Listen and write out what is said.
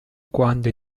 quando